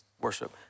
worship